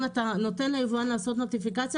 אם אתה נותן ליבואן לעשות נוטיפיקציה,